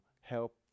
help